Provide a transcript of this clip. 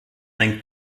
ein